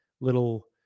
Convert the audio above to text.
little